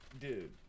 Dude